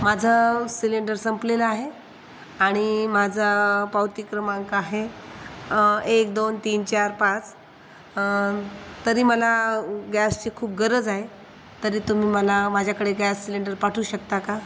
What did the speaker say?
माझा सिलेंडर संपलेला आहे आणि माझा पावती क्रमांक आहे एक दोन तीन चार पाच तरी मला गॅसची खूप गरज आहे तरी तुम्ही मला माझ्याकडे गॅस सिलेंडर पाठवू शकता का